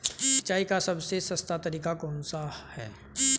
सिंचाई का सबसे सस्ता तरीका कौन सा है?